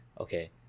okay